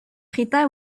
rita